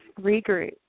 regroup